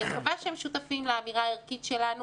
אני מקווה שהם שותפים לאמירה הערכית שלנו,